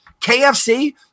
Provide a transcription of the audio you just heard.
KFC